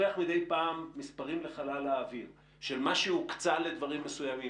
מספרים לחלל האוויר של מה שהוקצה לדברים מסוימים.